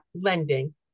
Lending